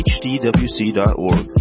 hdwc.org